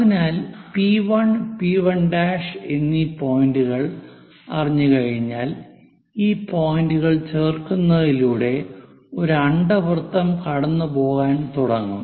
അതിനാൽ പി1 പി1' P1 P1' എന്നീ പോയിന്റുകൾ അറിഞ്ഞുകഴിഞ്ഞാൽ ഈ പോയിന്റുകൾ ചേർക്കുന്നതിലൂടെ ഒരു അണ്ഡവൃത്തം കടന്നുപോകാൻ തുടങ്ങും